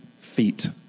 feet